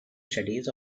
studies